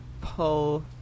pull